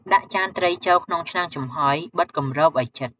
ដាក់ចានត្រីចូលក្នុងឆ្នាំងចំហុយ បិទគម្របឲ្យជិត។